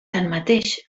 tanmateix